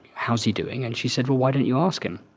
how is he doing? and she said, well, why don't you ask him?